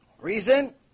Reason